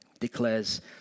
declares